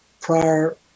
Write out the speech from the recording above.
prior